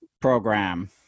program